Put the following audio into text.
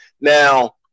Now